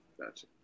Gotcha